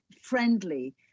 friendly